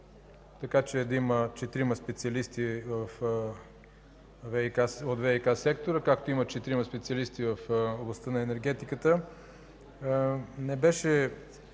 така че да има четирима специалисти от ВиК сектора, както има четирима специалисти в областта на енергетиката, не беше